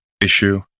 issue